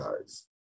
guys